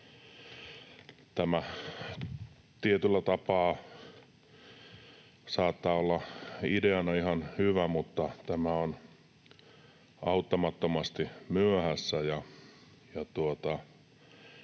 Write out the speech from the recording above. Tämä tietyllä tapaa saattaa olla ideana ihan hyvä, mutta tämä on auttamattomasti myöhässä,